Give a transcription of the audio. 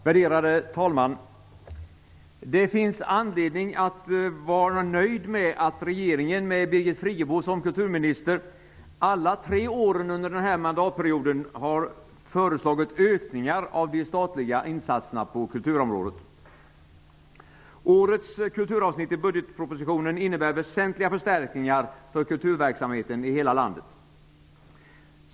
Värderade talman! Det finns anledning att vara nöjd med att regeringen med Birgit Friggebo såsom kulturminister -- alla tre åren under denna mandatperiod -- har föreslagit ökningar av de statliga insatserna på kulturområdet. Årets kulturavsnitt i budgetpropositionen innebär väsentliga förstärkningar för kulturverksamheten i hela landet.